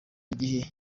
gihe